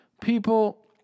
people